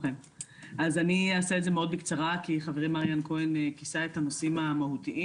אני אעשה את זה מאוד בקצרה כי חברי מריאן כהן כיסה את הנושאים המהותיים